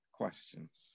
questions